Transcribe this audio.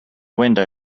window